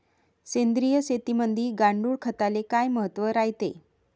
सेंद्रिय शेतीमंदी गांडूळखताले काय महत्त्व रायते?